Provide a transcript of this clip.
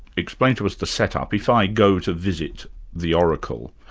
explain to us the set-up. if i go to visit the oracle,